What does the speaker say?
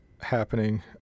happening